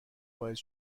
باعث